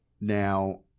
now